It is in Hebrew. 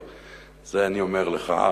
את זה אני אומר לך.